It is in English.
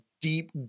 deep